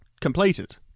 completed